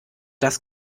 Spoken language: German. das